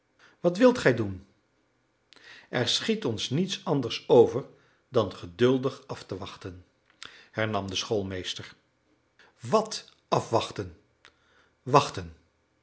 wat wilt gij doen er schiet ons niets anders over dan geduldig af te wachten hernam de schoolmeester wat afwachten wachten